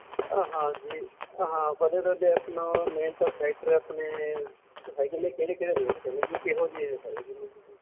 ਹਾਂਜੀ ਹਾਂ ਪਹਿਲੇ ਤਾਂ ਜੀ ਆਪਣਾ ਮੇਨ ਤਾਂ ਸੈਕਟਰ ਆਪਣੇ ਹੈਗੇ ਨੇ ਕਿਹੜੇ ਕਿਹੜੇ ਰੋਡ 'ਤੇ ਨੇ ਜੀ ਕਿਹੋ ਜਿਹੇ ਹੈਗੇ ਨੇ ਜੀ